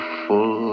full